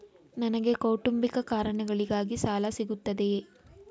ನನಗೆ ಕೌಟುಂಬಿಕ ಕಾರಣಗಳಿಗಾಗಿ ಸಾಲ ಸಿಗುತ್ತದೆಯೇ?